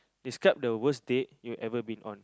describe the worst date you ever been on